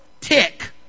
tick